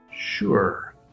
Sure